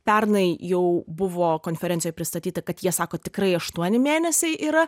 pernai jau buvo konferencijoj pristatyta kad jie sako tikrai aštuoni mėnesiai yra